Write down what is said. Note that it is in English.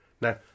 Now